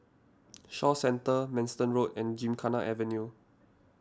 Shaw Centre Manston Road and Gymkhana Avenue